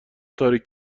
تاریک